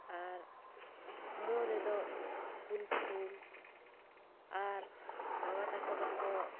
ᱟᱨ ᱢᱩ ᱨᱮᱫᱚ ᱠᱩᱞᱯᱷᱩᱞ ᱟᱨ ᱵᱟᱵᱟ ᱛᱟᱠᱚ ᱫᱚᱠᱚ